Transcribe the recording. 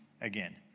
again